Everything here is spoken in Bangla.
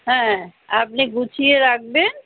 হ্যাঁ আপনি গুছিয়ে রাখবেন